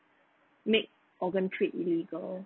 make organ trade illegal